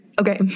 Okay